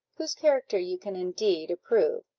whose character you can indeed approve.